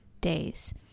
days